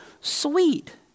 sweet